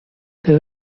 they